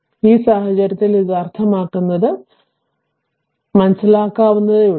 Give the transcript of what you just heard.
അതിനാൽ ഈ സാഹചര്യത്തിൽ ഇത് അർത്ഥമാക്കുന്നത് ഇന്ന് രാത്രി മനസ്സിലാക്കാവുന്നതേയുള്ളൂ